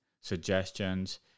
suggestions